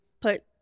put